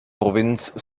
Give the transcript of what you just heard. provinz